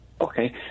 Okay